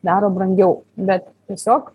daro brangiau bet tiesiog